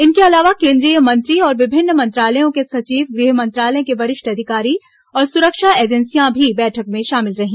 इनके अलावा केन्द्रीय मंत्री और विभिन्न मंत्रालयों के सचिव गृह मंत्रालय के वरिष्ठ अधिकारी और सुरक्षा एजेन्सियां भी बैठक में शामिल रही